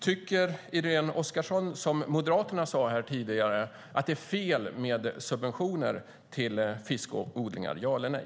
Tycker Irene Oskarsson, som Moderaterna sade här tidigare, att det är fel med subventioner till fiskodlingar, ja eller nej?